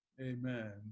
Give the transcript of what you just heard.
Amen